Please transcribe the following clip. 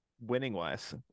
winning-wise